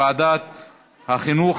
לוועדת החינוך,